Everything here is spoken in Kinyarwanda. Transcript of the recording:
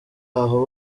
aho